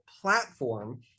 platform